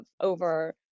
over